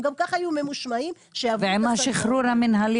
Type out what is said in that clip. הם גם ככה יהיו ממושמעים --- ועם השחרור המנהלי